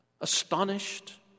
Astonished